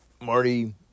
Marty